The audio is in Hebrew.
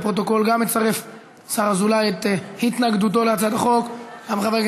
לפרוטוקול גם אצרף את השר אזולאי,